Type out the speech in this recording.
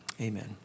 amen